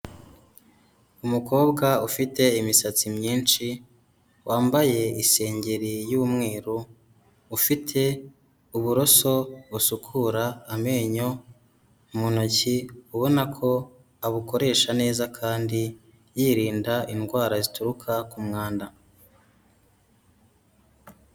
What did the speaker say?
Umukobwa ufite imisatsi myinshi wambaye isengeri y'umweru, ufite uburoso busukura amenyo mu ntoki ubona ko abukoresha neza kandi yirinda indwara zituruka ku mwanda.